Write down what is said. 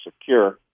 secure